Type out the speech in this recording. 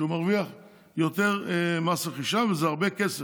שהוא מרוויח יותר מס רכישה, וזה הרבה כסף,